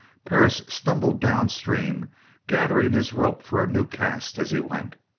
perris stumbled down stream gathering his rope for a new cast as he went.